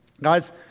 Guys